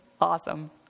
Awesome